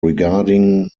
regarding